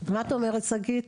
על פניו אני חושבת,